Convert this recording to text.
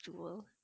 jewel